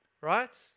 Right